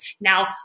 Now